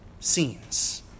Scenes